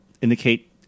indicate